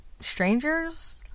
strangers